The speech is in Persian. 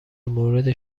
مورد